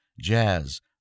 jazz